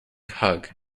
hug